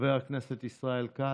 חבר הכנסת ישראל כץ,